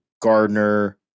Gardner